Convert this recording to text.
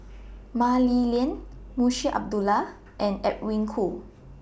Mah Li Lian Munshi Abdullah and Edwin Koo